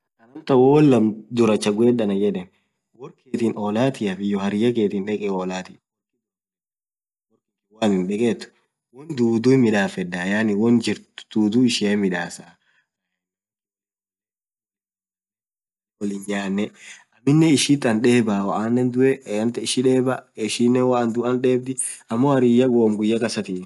amtan woo won lamm dhurah chaguedh Anan yedhe worr Kee olathiaf hiyyo hariyaa khethin olathi woo anin dhekhothi won dhudhu hinmidhafetha yaani won jirtuuu dhudhu ishia hinmidhasaa (.) wolin nyane aminen ishit ann dhebaa woanen dhuye anadheba ishinen woishin dhuthu ishideba ammo hariyyan womm sikukasthi